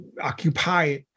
occupy